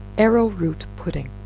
arrow root pudding.